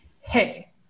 hey